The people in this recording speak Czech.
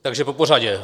Takže popořadě.